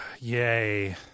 Yay